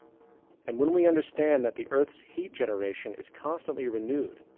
and when we understand that the earth's heat generation is constantly renewed,